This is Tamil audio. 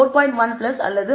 1 அல்லது 2